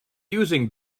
using